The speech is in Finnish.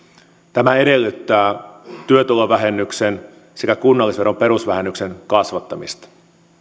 tämä edellyttää työtulovähennyksen sekä kunnallisveron perusvähennyksen kasvattamista